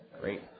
Great